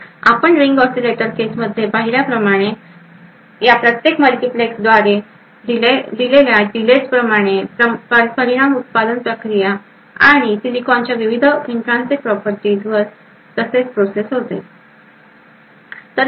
आपण ring oscillator case मध्ये पाहिल्याप्रमाणे तसेच या प्रत्येक मल्टिप्लेक्स द्वारे दिलेल्या डिलेज प्रमाणे परिणाम उत्पादन प्रक्रिया आणि सिलिकॉनच्या विविध इंट्रान्सिक प्रॉपर्टीज वर तसेच प्रोसेस वर होतो